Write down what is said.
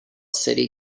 city